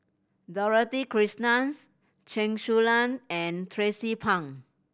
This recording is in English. Dorothy Krishnan Chen Su Lan and Tracie Pang